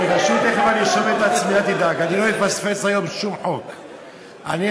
תכף אני ארשום את עצמי, אל תדאג.